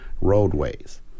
roadways